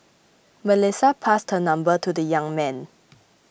Melissa passed her number to the young man